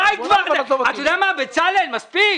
די, בצלאל, מספיק.